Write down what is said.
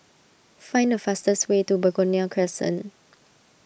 find the fastest way to Begonia Crescent